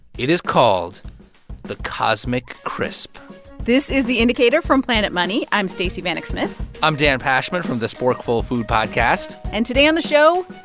it is called the cosmic crisp this is the indicator from planet money. i'm stacey vanek smith i'm dan pashman from the sporkful food podcast and today on the show,